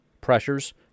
pressures